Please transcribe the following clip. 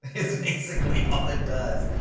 it's basically all it does!